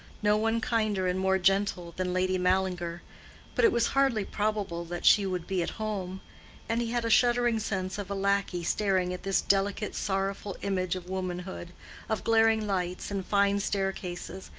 no one kinder and more gentle than lady mallinger but it was hardly probable that she would be at home and he had a shuddering sense of a lackey staring at this delicate, sorrowful image of womanhood of glaring lights and fine staircases,